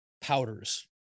powders